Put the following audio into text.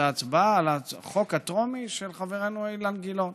זו ההצבעה על החוק של חברנו אילן גילאון